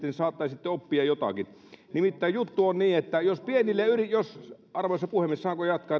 niin saattaisitte oppia jotakin nimittäin juttu on niin että jos pienille arvoisa puhemies saanko jatkaa